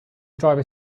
driver